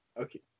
Okay